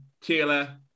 Taylor